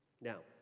Now